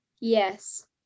Yes